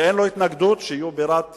ואין לו התנגדות שהיא בירת ישראל.